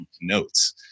notes